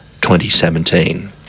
2017